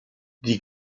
die